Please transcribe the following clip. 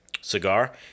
cigar